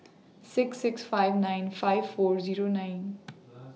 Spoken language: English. six six five nine five four Zero nine